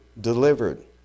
delivered